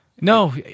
no